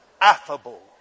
Affable